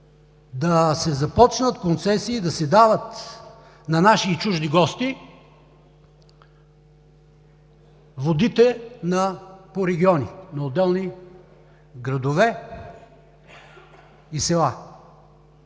да се започнат концесии и да се дават на наши и чужди гости водите по региони, на отделни градове и села.